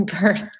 birth